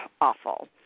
awful